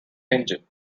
engine